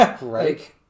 Right